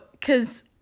Cause